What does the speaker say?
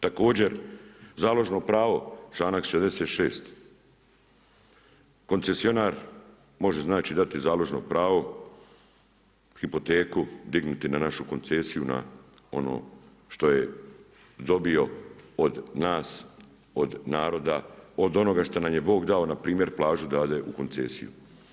Također, založno pravo, članak 66. koncesionar može znači dati založno pravo, hipoteku, dignuti na našu koncesiju, na ono što je dobio od nas, od naroda, od onoga što nam je Bog dao, npr. plažu dade u koncesiju.